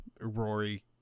Rory